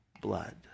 blood